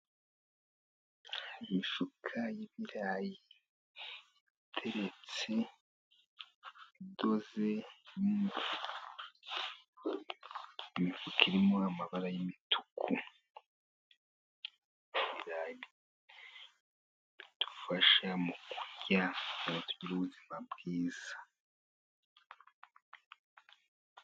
Imifuka y'ibirayi iteretse, idoze. Imifuka irimo amabara y'imituku. Ibirayi bidufasha mu kurya kugira ngo tugire ubuzima bwiza.